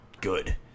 good